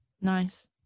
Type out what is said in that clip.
Nice